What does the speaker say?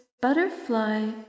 butterfly